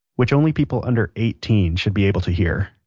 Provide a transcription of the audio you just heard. which only people under eighteen should be able to hear